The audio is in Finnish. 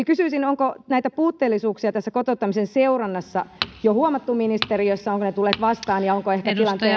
kysyisin onko näitä puutteellisuuksia kotouttamisen seurannassa jo huomattu ministeriössä ovatko ne tulleet vastaan ja onko ehkä tilanteen